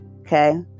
Okay